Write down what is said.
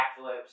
Backflips